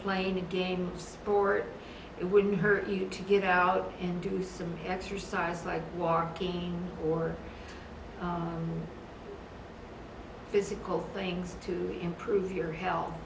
playing a game sport it wouldn't hurt you to get out and do some exercise like walking or physical things to improve your health